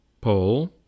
Paul